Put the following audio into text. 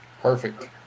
Perfect